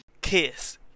Kiss